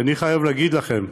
ואני חייב להגיד לכם,